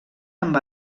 amb